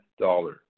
dollar